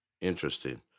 interesting